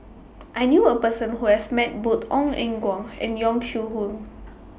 I knew A Person Who has Met Both Ong Eng Guan and Yong Shu Hoong